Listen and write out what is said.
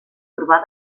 urbà